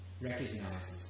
recognizes